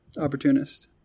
Opportunist